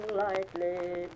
lightly